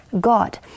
God